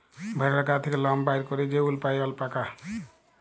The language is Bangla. ভেড়ার গা থ্যাকে লম বাইর ক্যইরে যে উল পাই অল্পাকা